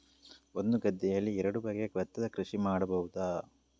ಒಂದು ಗದ್ದೆಯಲ್ಲಿ ಎರಡು ಬಗೆಯ ಭತ್ತದ ಕೃಷಿ ಮಾಡಬಹುದಾ?